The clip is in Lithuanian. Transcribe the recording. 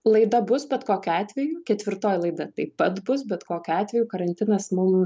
laida bus bet kokiu atveju ketvirtoji laida taip pat bus bet kokiu atveju karantinas mum